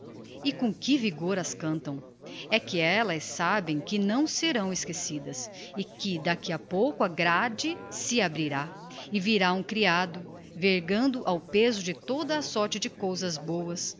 e com que vigor as cantam é que ellas sabem que não serão esquecidas e que d'aqui a pouco a grade se abrirá e virá um criado vergando ao peso de toda a sorte de cousas bôas